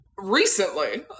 Recently